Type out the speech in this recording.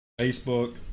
facebook